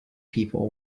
people